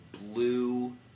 blue